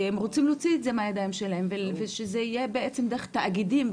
הם רוצים להוציא את זה מהידיים שלהם ושזה יהיה בעצם דרך תאגידים.